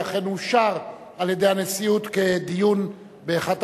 ואכן אושר על-ידי הנשיאות כדיון באחת